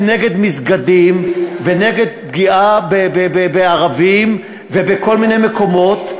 זה נגד מסגדים ונגד פגיעה בערבים ובכל מיני מקומות.